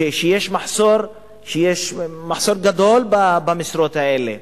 שיש מחסור גדול במשרות האלה,